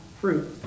fruit